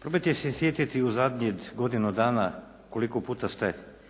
probajte se sjetiti u zadnjih godinu dana koliko puta ste pročitali